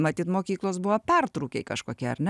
matyt mokyklos buvo pertrūkiai kažkokie ar ne